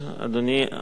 חברי השרים,